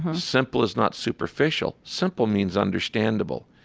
simple is not superficial. simple means understandable.